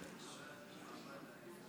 נתתי לך לפני כן